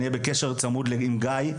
אני אהיה בקשר צמוד עם גיא.